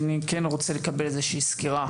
אני כן רוצה לקבל איזה שהיא סקירה